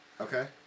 Okay